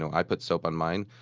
i put soap on mine.